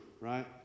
right